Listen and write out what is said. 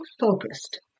Focused